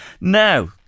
Now